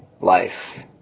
life